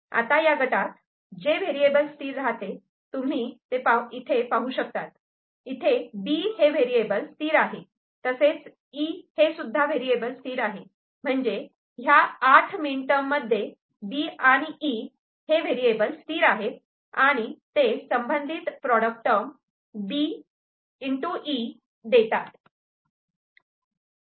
आता या गटात जे व्हेरिएबल स्थिर राहते तुम्ही इथे पाहू शकतात B हे व्हेरिएबल स्थिर आहे तसेच आणि E हे सुद्धा व्हेरिएबल स्थिर आहे म्हणजे ह्या 8 मिन टर्म मध्ये B आणि E व्हेरिएबल स्थिर आहेत आणि ते संबंधित प्रॉडक्ट टर्म B E देतात